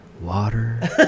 water